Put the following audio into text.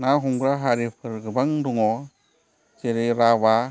ना हमग्रा हारिफोर गोबां दङ जेरै राभा